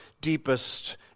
deepest